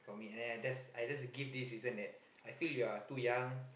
we have I just I just give this reason that I feel you're too young